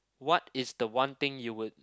what is the one thing you would